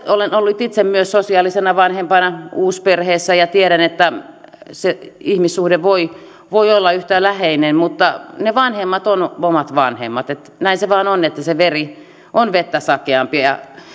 olen ollut itse myös sosiaalisena vanhempana uusperheessä ja totta kai tiedän että se ihmissuhde voi olla yhtä läheinen mutta ne vanhemmat ovat omat vanhemmat näin se vain on että se veri on vettä sakeampi ja